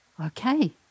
Okay